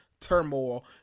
turmoil